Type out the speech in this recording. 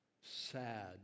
sad